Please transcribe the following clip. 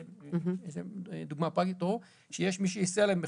צריך לראות שיש מי שיסייע להם בחירום.